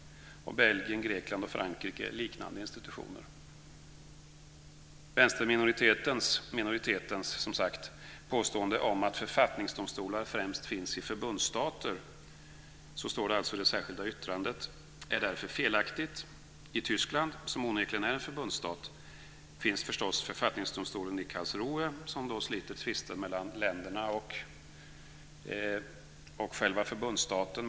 Och Belgien, Grekland och Frankrike har liknande institutioner. Vänsterminoritetens påstående om att författningsdomstolar främst finns i förbundsstater - så står det alltså i det särskilda yttrandet - är därför felaktigt. I Tyskland, som onekligen är en förbundsstat, finns förstås författningsdomstolen i Karlsruhe, som sliter tvister mellan länderna och själva förbundsstaten.